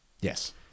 Yes